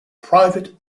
private